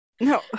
No